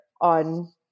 on